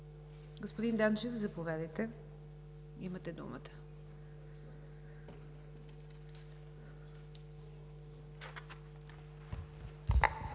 Господин Данчев, заповядайте, имате думата.